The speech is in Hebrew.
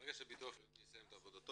--- ברגע שהביטוח הלאומי יסיים את עבודתו